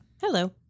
Hello